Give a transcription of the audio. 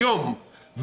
היום,